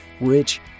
rich